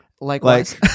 Likewise